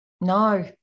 No